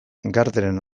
garderen